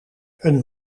een